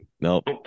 Nope